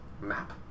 Map